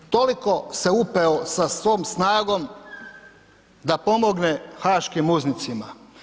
Toliko se upeo sa svom snagom da pomogne haškim uznicima.